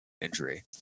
injury